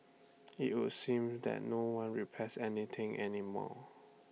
IT would seem that no one repairs anything any more